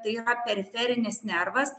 tai yra periferinis nervas